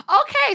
okay